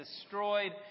destroyed